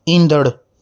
ईंदड़ु